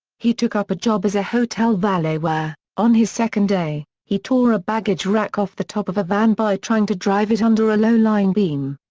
he took up a job as a hotel valet where, on his second day, he tore a baggage rack off the top of a van by trying to drive it under a low-lying beam.